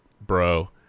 bro